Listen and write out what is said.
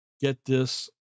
get-this